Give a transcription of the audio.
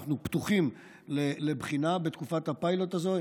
ואנחנו פתוחים לבחינה בתקופת הפיילוט הזה,